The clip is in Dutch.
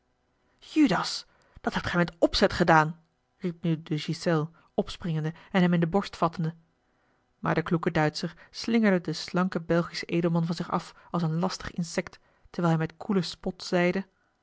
dat hebt gij met opzet gedaan riep nu de ghiselles opspringende en hem in de borst vattende maar de kloeke duitscher slingerde den slanken belgischen edelman van zich af als een lastig insekt terwijl hij met koelen spot zeide